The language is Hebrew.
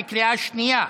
התקבלו בקריאה השנייה.